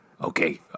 Okay